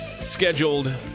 scheduled